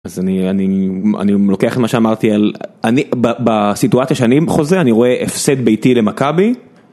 אז אני אני אני לוקח מה שאמרתי על אני בסיטואציה שאני חוזה אני רואה הפסד ביתי למכבי.